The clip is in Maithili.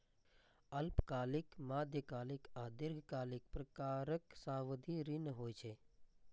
अल्पकालिक, मध्यकालिक आ दीर्घकालिक प्रकारक सावधि ऋण होइ छै